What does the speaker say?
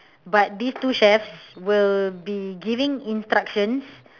but these two chefs will be giving instructions